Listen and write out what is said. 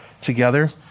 together